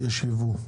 מיובאים?